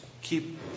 keep